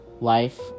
life